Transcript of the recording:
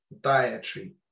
dietary